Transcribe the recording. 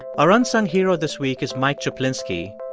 our unsung hero this week is mike czaplinski,